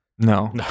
no